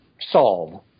solve